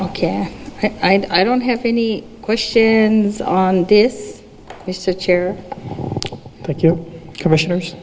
and i don't have any questions on this chair but your commissioners